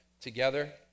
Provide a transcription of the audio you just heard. together